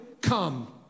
come